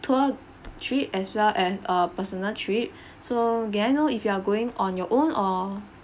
tour trip as well as err personal trip so can I know if you are going on your own or